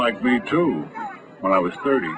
like me too when i was thirty